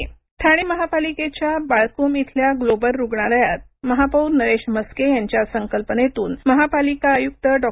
online yoga वर्ग ठाणे महापालिकेच्या बाळकूम इथल्या ग्लोबल रुग्णालयात महापौर नरेश म्हस्के यांच्या संकल्पनेतून महापालिका आयुक्त डॉ